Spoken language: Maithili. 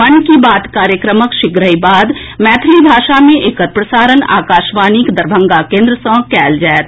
मन की बात कार्यक्रमक शीघ्रहिँ बाद मैथिली भाषा मे एकर प्रसारण आकाशवाणीक दरभंगा केंद्र सँ कयल जायत